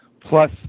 plus